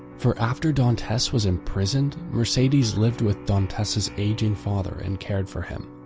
for after dantes was imprisoned mercedes lived with dantes's aging father and cared for him.